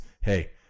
Hey